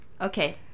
Okay